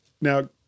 Now